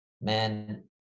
man